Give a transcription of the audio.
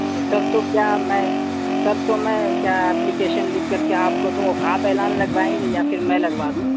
جی sir تو کیا میں سر تو میں کیا اپلیکیشن لکھ کر کے آپ کو دوں آپ اعلان لگوائیں گے یا پھر میں لگوا دوں